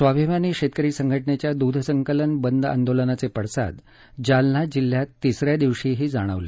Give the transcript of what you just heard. स्वाभिमानी शेतकरी संघटनेच्या दुध संकलन बंद आंदोलनाचे पडसाद जालना जिल्ह्यात तिसऱ्या दिवशी ही जाणवले